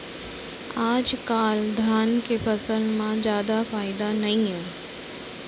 आजकाल धान के फसल म जादा फायदा नइये